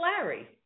Larry